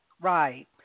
Right